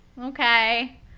okay